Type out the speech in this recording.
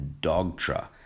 Dogtra